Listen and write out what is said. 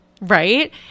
Right